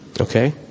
Okay